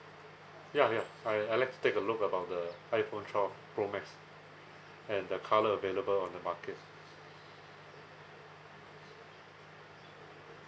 ya ya I I like take a look about the iPhone twelve pro max and the colour available on the market